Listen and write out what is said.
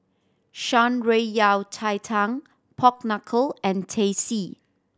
Shan Rui Yao Cai Tang pork knuckle and Teh C